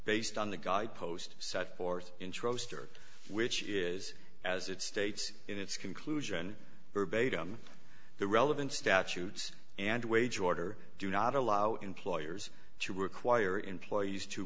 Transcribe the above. based on the guidepost set forth introduced or which is as it states in its conclusion verbatim the relevant statutes and wage order do not allow employers to require employees to